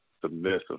submissive